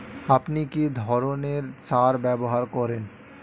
আপনি কী ধরনের সার ব্যবহার করেন?